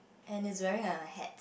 and he's wearing a hat